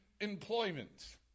employment